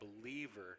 believer